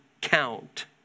count